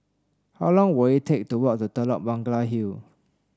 how long will it take to walk to Telok Blangah Hill